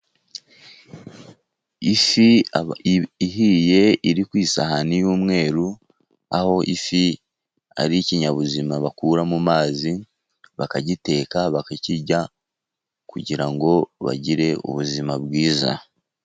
Ifi ihiye iri ku isahani y'umweru, aho ifi ari ikinyabuzima bakura mu mazi bakagiteka bakakirya kugira ngo bagire ubuzima bwiza.